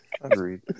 Agreed